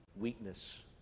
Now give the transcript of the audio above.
weakness